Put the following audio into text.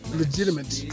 legitimate